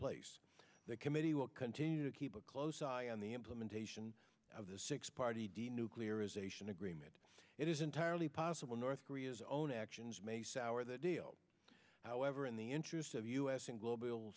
place the committee will continue to keep a close eye on the implementation of the six party denuclearization agreement it is entirely possible north korea's own actions may sour the deal however in the interest of us in global